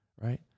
Right